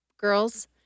girls